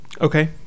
Okay